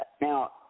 Now